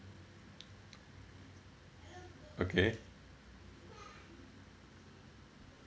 okay